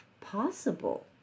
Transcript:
possible